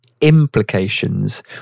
Implications